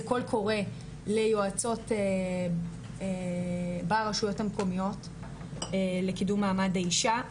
זה קול קורה ליועצות ברשויות המקומיות לקידום מעמד האישה,